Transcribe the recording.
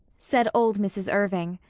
said old mrs. irving,